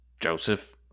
Joseph